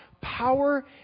power